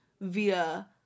via